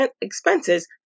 expenses